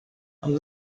ond